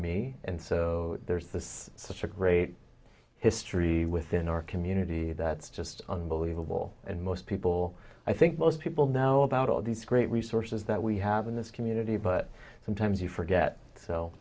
so there's such a great history within our community that's just unbelievable and most people i think most people know about all these great resources that we have in this community but sometimes you forget